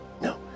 No